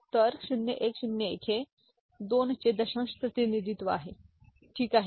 तर 0101 हे 2 चे दशांश प्रतिनिधित्व आहे ठीक आहे